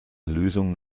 erlösung